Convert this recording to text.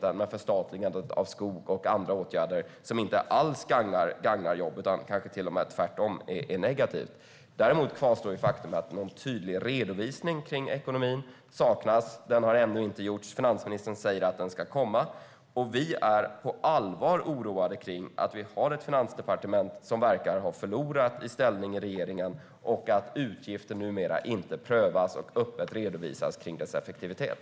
Det gäller förstatligandet av skog och andra åtgärder som inte alls gagnar jobb utan kanske tvärtom är negativa. Däremot kvarstår faktumet att en tydlig redovisning av ekonomin saknas. Den har ännu inte gjorts. Finansministern säger att den ska komma. Vi är på allvar oroade över att vi har ett finansdepartement som verkar ha förlorat i ställning i regeringen och att utgifter numera inte prövas och redovisas öppet i fråga om deras effektivitet.